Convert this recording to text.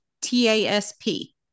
T-A-S-P